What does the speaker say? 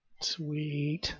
Sweet